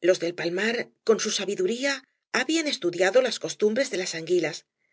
los del palmar con su sabiduría habían estudiado las costumbres de las anguilas